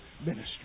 ministry